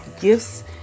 gifts